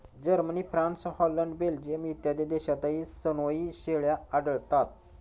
Germany, France, Holland, Belgium इत्यादी देशांतही सनोई शेळ्या आढळतात